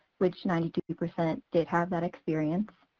which ninety two percent did have that experience.